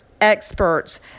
experts